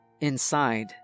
inside